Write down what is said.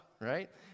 right